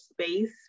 space